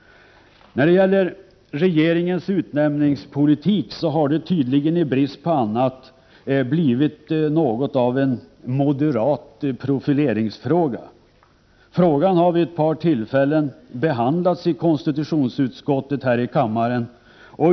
Regeringens utnämningspolitik har, tydligen i brist på annat, blivit något av en moderat profileringsfråga. Frågan har vid ett par tillfällen behandlats i konstitutionsutskottet och här i kammaren.